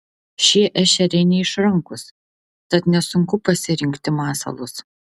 šie ešeriai neišrankūs tad nesunku pasirinkti masalus